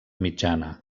mitjana